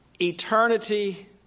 Eternity